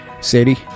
Sadie